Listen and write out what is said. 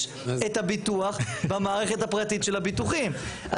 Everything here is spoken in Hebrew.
את הביטוח במערכת הפרטית של הביטוחים.